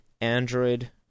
Android